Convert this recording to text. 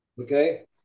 okay